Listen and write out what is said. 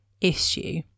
issue